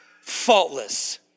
faultless